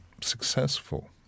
successful